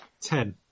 Ten